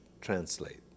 translate